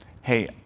hey